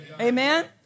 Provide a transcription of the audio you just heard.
Amen